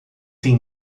tem